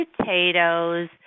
potatoes